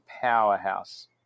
powerhouse